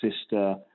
sister